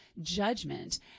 judgment